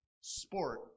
sport